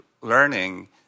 learning